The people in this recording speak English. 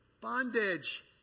bondage